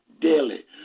daily